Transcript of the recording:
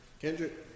Kendrick